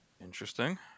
Interesting